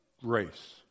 grace